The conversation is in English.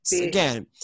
again